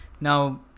Now